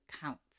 counts